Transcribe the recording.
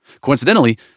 Coincidentally